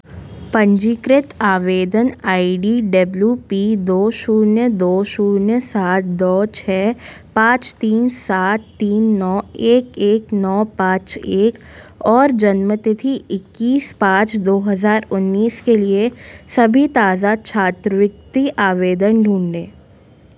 पंजीकृत आवेदन I D W P दो शून्य दो शून्य सात दो छः पाँच तीन सात तीन नौ एक एक नो पाँच एक और जन्म तिथि इक्कीस पाँच दो हज़ार उन्नीस के लिए सभी ताज़ा छात्रवृत्ति आवेदन ढूँढें